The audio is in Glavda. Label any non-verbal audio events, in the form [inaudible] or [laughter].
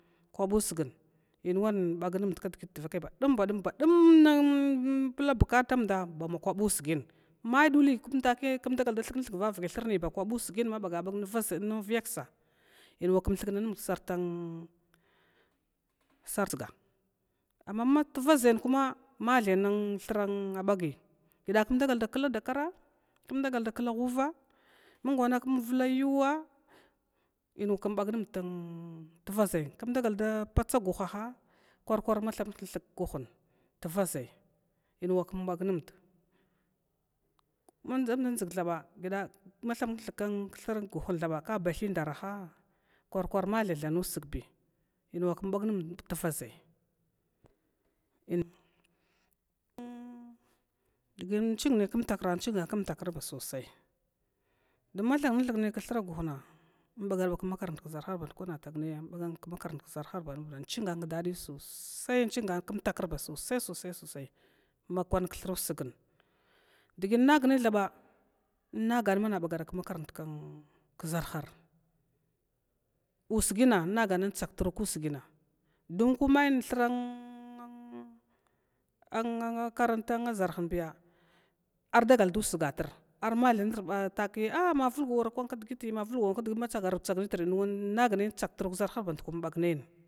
Kwaba usg inwan bagmd kdgi dvakai badum nunpulabukatamda mbamg kwaba ugam may duli takiya km, dagal nmd da thukna thugi vavaki thuruniya bakwaba usgin mabaga bag vaʒaya viyaksa, inwakm thukna nmd thatsga, amma mat vʒain kum mathai thura bagi kumdagal da kladakara kumdagal kumdala da klawhuva mung wana kumvla yuwa inwa kmbag nmd tvaʒaya kumdagal da patsa gu̱haha kwar kwar ma thamdkni thug kguhn tvaʒai inwa kumbag numd ma dʒam nda dʒgthaba matham kna thug kguhum thaba ka batha indaraha kwar kwar mathabitha nusgbi, inwa kumbagnumd vaʒai indginai kmtakran inchingan kmtakr basosai, don ma thamknathug nai kthra guhna inwa kum bag numd tvaʒai in ma thankna thug nai kthra guhna inching nai km takra ba sosai, don mathankna thug nai kguhna inbagarbag nai kmakarant kʒarhar usgina innagn in tsagru usgina, dun komay thur un un akaranta ʒarhiniya ardagal da usgar armathabinitr ma, vulgwa wa kdgiti mavulgwawar kdgit matsaru tsag nitr [unintelligible] bag nin.